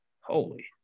Holy